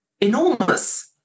enormous